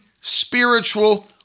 spiritual